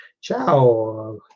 Ciao